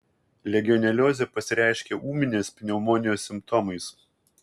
legioneliozė pasireiškia ūminės pneumonijos simptomais